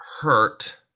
hurt